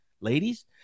Ladies